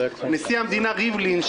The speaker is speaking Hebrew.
נשיא המדינה ריבלין,